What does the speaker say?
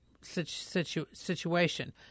situation